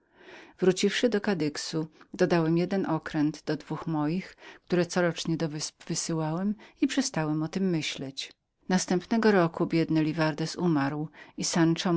moro wróciwszy do kadyxu dodałem jeden okręt do dwóch moich które corocznie do wysp wysyłałem i przestałem o nich myśleć następnego roku biedny livardez umarł i sanszo